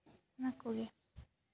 ᱚᱱᱟ ᱠᱚᱜᱮ